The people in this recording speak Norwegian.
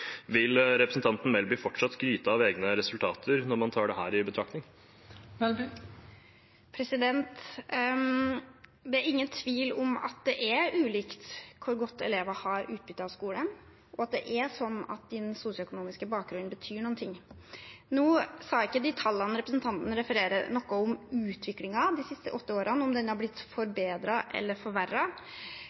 Vil representanten Melby fortsatt skryte av egne resultater, når man tar dette i betraktning? Det er ingen tvil om at det er ulikt hvor godt elever har utbytte av skolen, og at det er sånn at den sosioøkonomiske bakgrunnen betyr noe. Tallene representanten refererte, sa ikke noe om utviklingen de siste åtte årene, om den er blitt forbedret eller